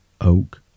oak